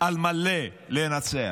על מלא לנצח?